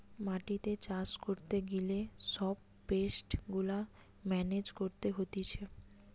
মাটিতে চাষ করতে গিলে সব পেস্ট গুলা মেনেজ করতে হতিছে